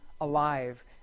alive